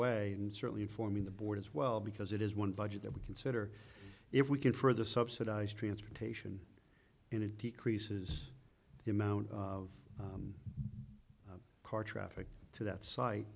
way and certainly informing the board as well because it is one budget that we consider if we could further subsidize transportation and it decreases the amount of car traffic to that site